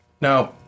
Now